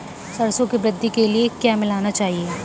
सरसों की वृद्धि के लिए क्या मिलाना चाहिए?